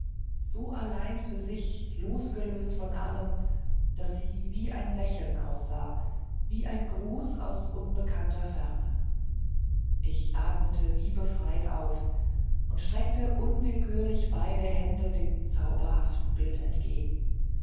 so allein für sich losgelöst von allem daß sie wie ein lächeln aussah wie ein gruß aus unbekannter ferne ich atmete wie befreit auf und streckte unwillkürlich beide hände dem zauberhaften bild entgegen